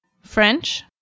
French